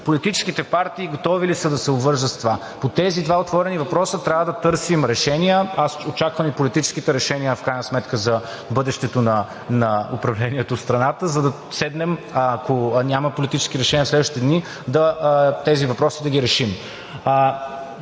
политическите партии готови ли са да се обвържат с това. По тези два отворени въпроса трябва да търсим решения. Аз очаквам и политическите решения в крайна сметка за бъдещето на управлението в страната, за да седнем, ако няма политически решения в следващите дни, тези въпроси да ги решим.